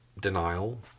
denial